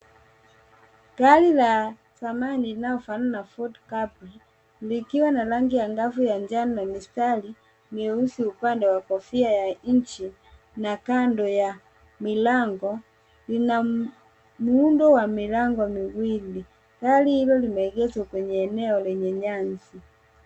Gari la zamani linalofanana na ford car sprint likiwa na rangi ya ngavu na njano mistari meusi upande wa kofia ya nje na kando ya milango Una muundo wa milango miwili . Gari hilo limeegeshwa kwenye eneo lenye nyasi .